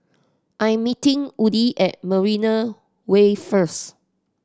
I am meeting Woody at Marina Way first